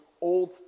Old